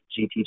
GT